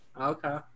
Okay